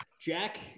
Jack